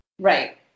Right